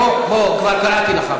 בוא, כבר קראתי לך.